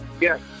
Yes